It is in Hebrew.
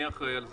מי אחראי על זה?